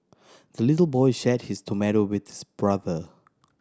the little boy shared his tomato with his brother